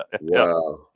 Wow